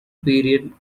period